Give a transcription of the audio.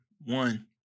One